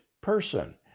person